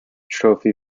trophy